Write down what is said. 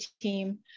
team